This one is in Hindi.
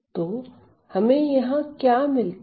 तो हमें यहां क्या मिला है